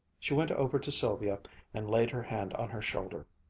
she went over to sylvia and laid her hand on her shoulder.